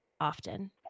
often